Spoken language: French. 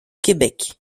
québec